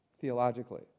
theologically